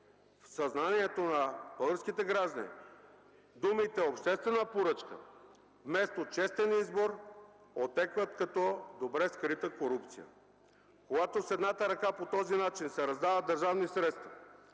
В съзнанието на българските граждани думите „обществена поръчка” вместо „честен избор” отекват като добре скрита корупция. Когато по този начин с едната ръка се раздават държавни средства,